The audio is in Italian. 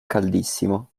caldissimo